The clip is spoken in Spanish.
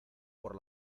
por